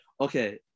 Okay